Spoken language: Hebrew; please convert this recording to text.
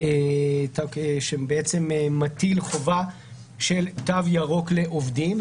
שבעצם מטיל חובה של תו ירוק לעובדים,